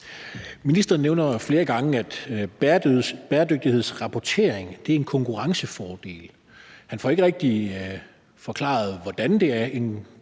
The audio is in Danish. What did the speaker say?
Ministeren nævner flere gange, at bæredygtighedsrapportering er en konkurrencefordel. Han får ikke rigtig forklaret, hvordan det er